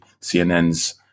CNN's